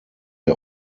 der